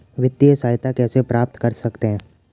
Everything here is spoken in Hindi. वित्तिय सहायता कैसे प्राप्त कर सकते हैं?